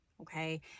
Okay